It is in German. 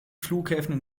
flughäfen